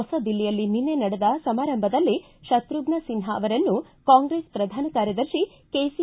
ಹೊಸ ದಿಲ್ಲಿಯಲ್ಲಿ ನಿನ್ನೆ ನಡೆದ ಸಮಾರಂಭದಲ್ಲಿ ಶತ್ರುಫ್ನ ಸಿನ್ಹಾ ಅವರನ್ನು ಕಾಂಗ್ರೆಸ್ ಪ್ರಧಾನ ಕಾರ್ಯದರ್ಶಿ ಕೆಸಿ